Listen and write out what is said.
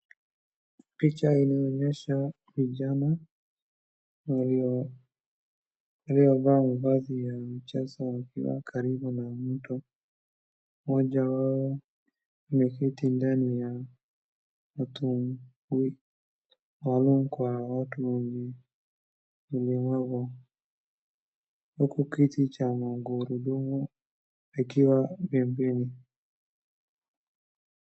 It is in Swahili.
Picha inaonyesha vijana walio, waliovaa mavazi ya michezo wakiwa karibu na mto, mmoja wao ameketi ndani ya mtumbui maalum kwa watu walemavu, huku kiti cha magurundumu kikiwa pembeni.